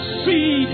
see